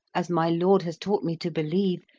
as my lord has taught me to believe,